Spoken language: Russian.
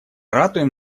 ратуем